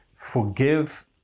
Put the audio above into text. forgive